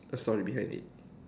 a story behind it